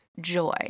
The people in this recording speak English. joy